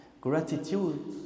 gratitude